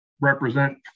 represent